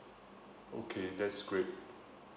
okay that's great